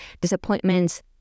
disappointments